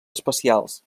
especials